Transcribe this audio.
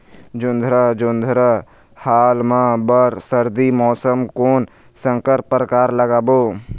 जोंधरा जोन्धरा हाल मा बर सर्दी मौसम कोन संकर परकार लगाबो?